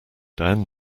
down